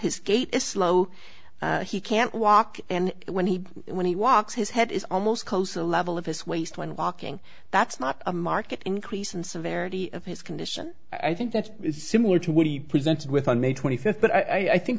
his gait is slow he can't walk and when he when he walks his head is almost close a level of his waist when walking that's not a market increase and severity of his condition i think that's similar to what he presented with on may twenty fifth but i think